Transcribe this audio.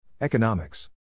Economics